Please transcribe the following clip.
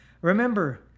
Remember